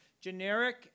Generic